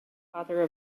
father